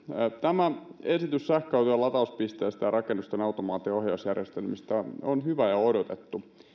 tämä esitys sähköautojen latauspisteistä ja rakennusten automaatio ja ohjausjärjestelmistä on hyvä ja odotettu